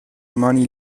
mani